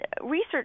research